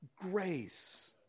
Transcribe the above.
grace